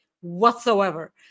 whatsoever